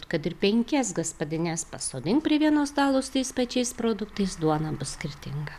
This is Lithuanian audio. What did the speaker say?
kad ir penkias gaspadines pasodink prie vieno stalo su tais pačiais produktais duona bus skirtinga